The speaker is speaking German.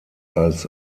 als